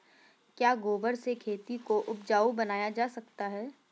क्या गोबर से खेती को उपजाउ बनाया जा सकता है?